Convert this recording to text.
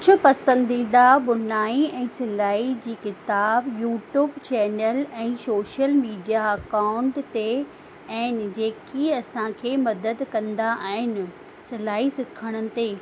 कुझु पसंदीदा बुनाई ऐं सिलाई जी किताब यूट्यूब चैनल ऐं सोशल मीडिया अकाउंट ते ऐं जेकी असांखे मदद कंदा आहिनि सिलाई सिखण ते